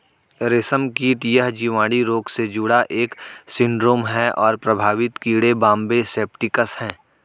रेशमकीट यह जीवाणु रोग से जुड़ा एक सिंड्रोम है और प्रभावित कीड़े बॉम्बे सेप्टिकस है